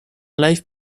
live